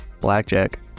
blackjack